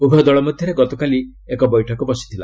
ଉଭୟ ଦଳ ମଧ୍ୟରେ ଗତକାଲି ଏକ ବୈଠକ ବସିଥିଲା